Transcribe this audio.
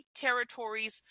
territories